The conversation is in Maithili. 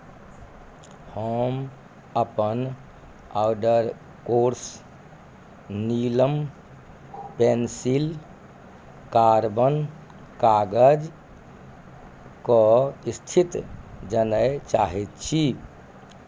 हम अपन order course Neelam pencil carbon कागजके स्थिति जानय चाहैत छी